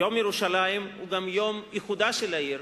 יום ירושלים הוא גם יום איחודה של העיר,